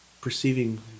Perceiving